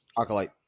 Acolyte